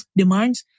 demands